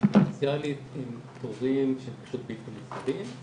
אקספוננציאלית עם תורים שהם בלתי נסבלים.